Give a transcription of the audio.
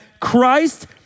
Christ